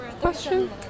question